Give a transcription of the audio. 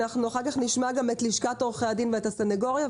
אחר כך נשמע את לשכת עורכי הדין ואת הסנגוריה,